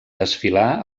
desfilar